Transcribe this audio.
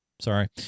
Sorry